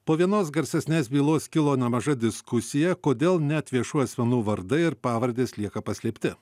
po vienos garsesnės bylos kilo nemaža diskusija kodėl net viešų asmenų vardai ir pavardės lieka paslėpti